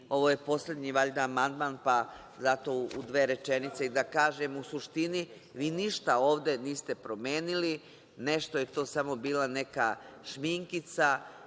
valjda poslednji amandman, pa zato u dve rečenice da kažem, u suštini, vi ništa ovde niste promenili. Nešto je to samo bila neka šminkica.